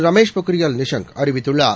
ரமேஷ் பொக்ரியால் நிஷாங்க் அறிவித்துள்ளார்